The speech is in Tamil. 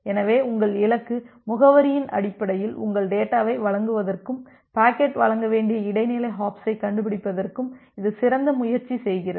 எனவே உங்கள் இலக்கு முகவரியின் அடிப்படையில் உங்கள் டேட்டாவை வழங்குவதற்கும் பாக்கெட் வழங்க வேண்டிய இடைநிலை ஹாப்ஸைக் கண்டுபிடிப்பதற்கும் இது சிறந்த முயற்சி செய்கிறது